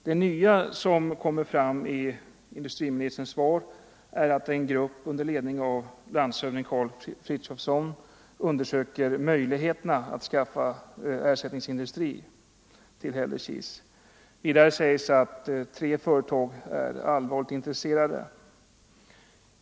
Det nya som kommer fram i industriministerns svar är att en grupp under ledning av landshövding Karl Frithiofson undersöker möjligheterna att skaffa ersättningsindustri till Hällekis. Vidare sägs att tre företag är allvarligt intresserade.